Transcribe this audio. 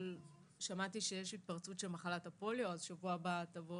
אבל שמעתי שיש התפרצות של מחלת הפוליו אז שבוע הבא תבוא